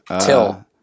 Till